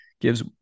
gives